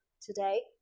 today